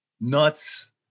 nuts